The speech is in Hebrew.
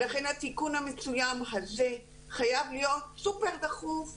לכן התיקון המצוין הזה חייב להיות סופר דחוף בחוק.